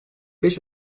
beş